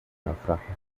naufragio